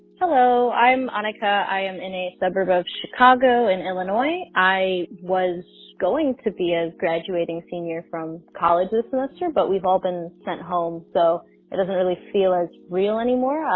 hello, i'm honored. i am in a suburb of chicago in illinois. i was going to be as graduating senior from college this last year. but we've all been sent home, so it doesn't really feel as real anymore.